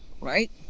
right